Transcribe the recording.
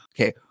Okay